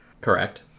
Correct